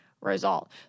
result